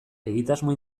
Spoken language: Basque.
egitasmo